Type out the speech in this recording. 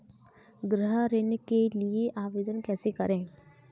गृह ऋण के लिए आवेदन कैसे करें?